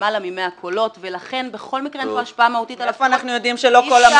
מאיפה את יודעת?